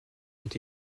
ont